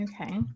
Okay